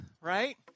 right